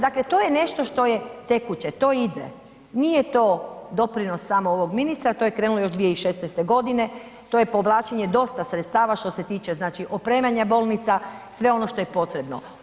Dakle, to je nešto što je tekuće, to ide, nije to doprinos samo ovog ministra, to je krenulo još 2016. godine, to je povlačenje dosta sredstva što se tiče znači opremanja bolnica, sve ono što je potrebo.